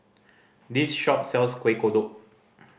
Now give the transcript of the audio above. this shop sells Kueh Kodok